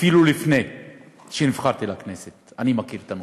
ואפילו מלפני שנבחרתי לכנסת אני מכיר את הנושא.